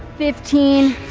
fifteen.